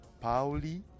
Pauli